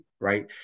right